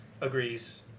agrees